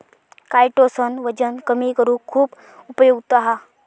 chitosan वजन कमी करुक खुप उपयुक्त हा